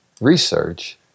research